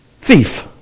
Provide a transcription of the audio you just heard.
Thief